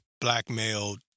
blackmailed